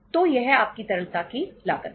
तो यह आपकी तरलता की लागत है